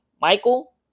Michael